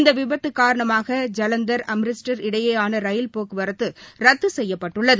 இந்த விபத்து காரணமாக ஜலந்தர் அம்ரிஷ்டர் இடையேயான ரயில் போக்குவரத்து ரத்து செய்யப்பட்டுள்ளது